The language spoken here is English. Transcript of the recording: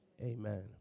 Amen